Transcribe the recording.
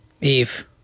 Eve